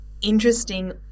interesting